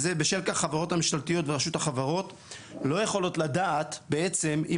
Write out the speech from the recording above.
בשל כך החברות הממשלתיות ורשות החברות לא יכולות לדעת בעצם אם